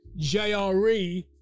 jre